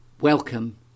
welcome